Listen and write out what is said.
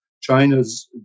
China's